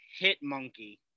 Hitmonkey